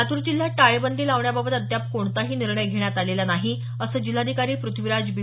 लातूर जिल्ह्यात टाळेबंदी लावण्याबाबत अद्याप कोणताही निर्णय घेण्यात आलेला नाही असं जिल्हाधिकारी पृथ्वीराज बी